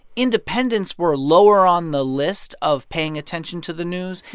independents were lower on the list of paying attention to the news,